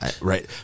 right